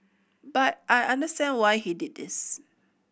but I understand why he did this